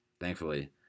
thankfully